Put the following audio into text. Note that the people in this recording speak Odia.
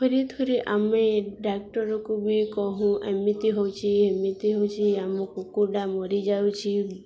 ଥରେଥରେ ଆମେ ଡାକ୍ତରକୁ ବି କହୁ ଏମିତି ହେଉଛିି ଏମିତି ହେଉଛିି ଆମ କୁକୁଡ଼ା ମରିଯାଉଛି